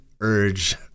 urge